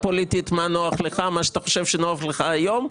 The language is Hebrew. פוליטית מה נוח לך - כי יכול להיות שמה שאתה חושב שנוח לך היום,